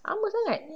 lama sangat